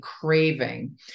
craving